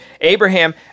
Abraham